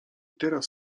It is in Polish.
teraz